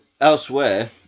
Elsewhere